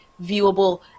viewable